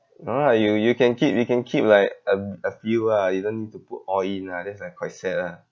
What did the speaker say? no lah you you can keep you can keep like a a few ah you no need to put all in ah that's like quite sad ah